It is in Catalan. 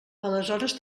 aleshores